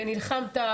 ונלחמת,